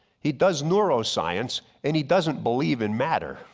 he does neuroscience and he doesn't believe in matter